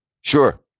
Sure